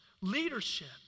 leadership